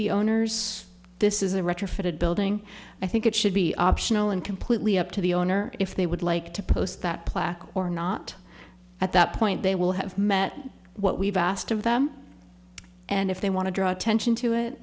the owners this is a retrofitted building i think it should be optional and completely up to the owner if they would like to post that plaque or not at that point they will have met what we've asked of them and if they want to draw attention to it